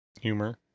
humor